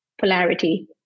polarity